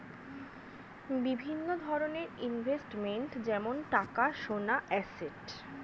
বিভিন্ন ধরনের ইনভেস্টমেন্ট যেমন টাকা, সোনা, অ্যাসেট